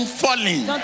falling